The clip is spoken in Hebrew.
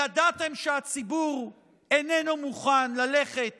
ידעתם שהציבור איננו מוכן ללכת